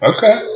Okay